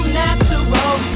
natural